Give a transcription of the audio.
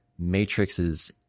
matrixes